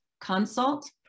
consult